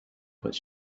was